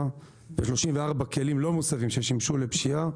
ו-34 כלים לא מוסבים ששימשו לפשיעה.